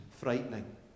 frightening